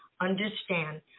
understand